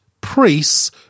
priests –